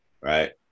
right